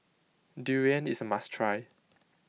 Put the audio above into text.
Durian is a must try